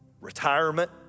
retirement